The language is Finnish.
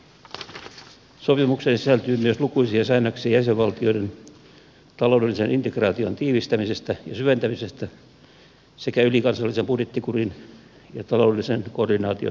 sopimukseen sisältyy myös lukuisia säännöksiä jäsenvaltioiden taloudellisen integraation tiivistämisestä ja syventämisestä sekä ylikansallisen budjettikurin ja taloudellisen koordinaation vahvistamisesta